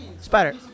Spider